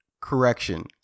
correction